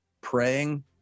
praying